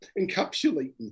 encapsulating